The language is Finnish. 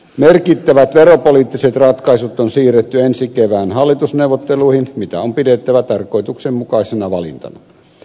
merkittävät veropoliittiset ratkaisut on siirretty ensi kevään hallitusneuvotteluihin mitä on pidettävä tarkoituksenmukaisena valintana